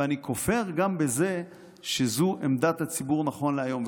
ואני כופר גם בזה שזו עמדת הציבור נכון להיום.